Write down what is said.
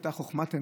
שהייתה חוכמת אמת,